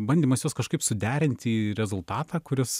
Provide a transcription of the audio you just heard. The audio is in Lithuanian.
bandymas juos kažkaip suderinti į rezultatą kuris